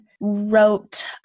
wrote